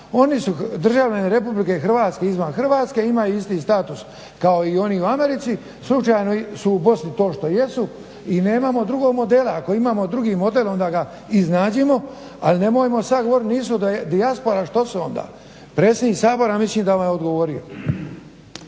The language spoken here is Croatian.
Oni su državljani RH izvan Hrvatske, imaju isti status kao i oni u Americi, slučajno su u Bosni to što jesu i nemamo drugog modela. Ako imamo drugi model onda ga iznađemo al nemojmo sad govorit da nisu dijaspora, što su onda? Predsjednik Sabora mislim da vam je odgovorio.